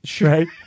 Right